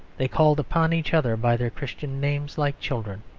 they called upon each other by their christian names like children.